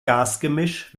gasgemisch